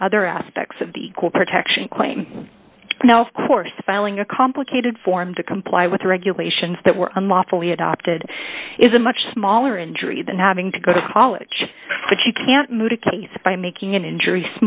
the other aspects of the equal protection claim now of course filing a complicated form to comply with the regulations that were unlawfully adopted is a much smaller injury than having to go to college but you can't move a case by making an injury